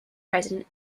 president